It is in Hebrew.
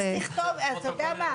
אז תכתוב, אתה יודע מה?